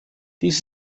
dies